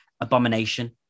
abomination